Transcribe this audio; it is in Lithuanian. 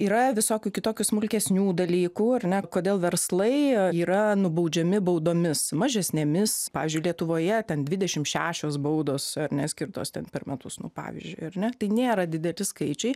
yra visokių kitokių smulkesnių dalykų ar ne kodėl verslai yra nubaudžiami baudomis mažesnėmis pavyzdžiui lietuvoje ten dvidešim šešios baudos neskirtos tam per metus nu pavyzdžiui ar ne tai nėra dideli skaičiai